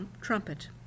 trumpet